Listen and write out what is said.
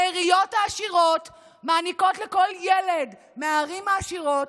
העיריות העשירות מעניקות מכספן לכל ילד מהערים העשירות.